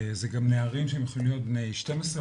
זה גם נערים שהם יכולים להיות בני 12,